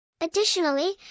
Additionally